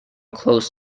close